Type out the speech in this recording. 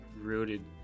rooted